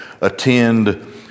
attend